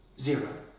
Zero